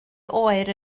oer